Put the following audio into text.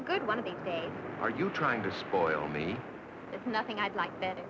a good one of these days are you trying to spoil me it's nothing i'd like that